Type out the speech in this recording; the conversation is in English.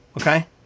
okay